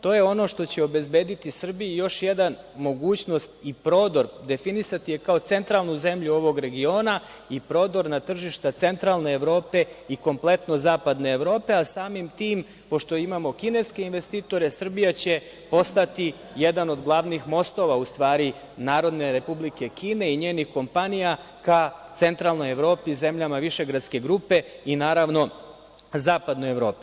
To je ono što će obezbediti Srbiji još jednu mogućnost i prodor, definisati je kao centralnu zemlju ovog regiona i prodor na tržišta centralne Evrope i kompletno zapadne Evrope, a samim tim, pošto imamo kineske investitore, Srbija će postati jedan od glavnih mostova, u stvari, Narodne Republike Kine i njenih kompanija ka centralnoj Evropi i zemljama Višegradske grupe i, naravno, zapadnoj Evropi.